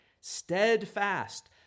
steadfast